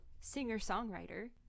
singer-songwriter